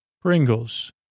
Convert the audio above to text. Pringles